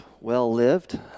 well-lived